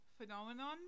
phenomenon